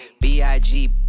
B-I-G